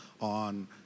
on